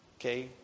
Okay